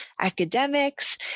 academics